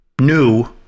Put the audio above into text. new